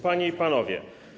Panie i Panowie!